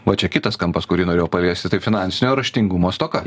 va čia kitas kampas kurį norėjau paliesti tai finansinio raštingumo stoka